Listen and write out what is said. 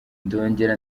ndongera